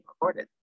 recorded